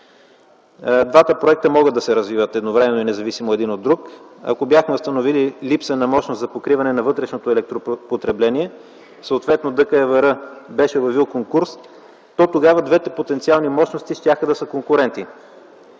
Двата проекта могат да се развиват едновременно и независимо един от друг. Ако бяхме установили липса на мощност за покриване на вътрешното електропотребление, съответно ДКЕВР беше обявила конкурс, тогава двете потенциални мощности щяха да са конкуренти.